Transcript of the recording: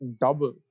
double